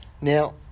Now